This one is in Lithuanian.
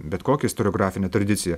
bet kokią istoriografinę tradiciją